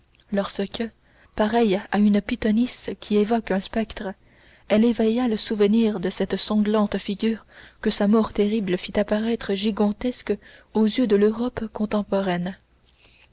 lorsque pareille à une pythonisse qui évoque un spectre elle réveilla le souvenir de cette sanglante figure que sa mort terrible fit apparaître gigantesque aux yeux de l'europe contemporaine